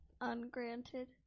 ungranted